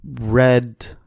red